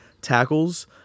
tackles